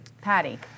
patty